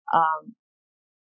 um